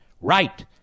right